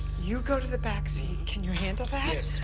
you go to the backseat, can you handle that?